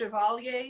Chevalier